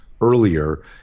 earlier